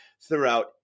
throughout